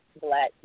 black